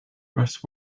rest